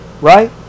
Right